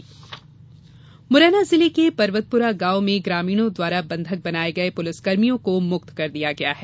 बंधक मुक्त मुरैना जिले के पर्वतपुरा गांव में ग्रामीणों द्वारा बंधक बनाये गये पुलिसकर्मियों को मुक्त कर दिया गया है